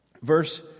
Verse